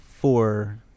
four